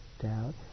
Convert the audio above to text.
doubt